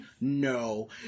No